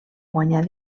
guanyar